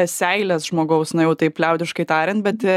seilės žmogaus na jau taip liaudiškai tariant bet